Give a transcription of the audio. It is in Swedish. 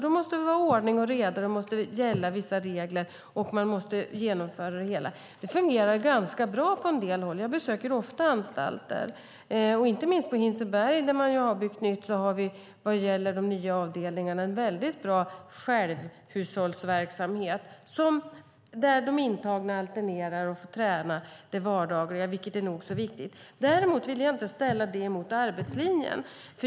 Då måste det vara ordning och reda. Då måste vissa regler gälla, och man måste genomföra det hela. Det fungerar ganska bra på en del håll. Jag besöker ofta anstalter. Inte minst på Hinseberg, där man har byggt nytt, har vi vad gäller de nya avdelningarna en väldigt bra självhushållsverksamhet, där de intagna alternerar och får träna det vardagliga, vilket är nog så viktigt. Däremot vill jag inte ställa det mot arbetslinjen.